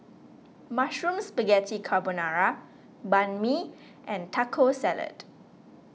Mushroom Spaghetti Carbonara Banh Mi and Taco Salad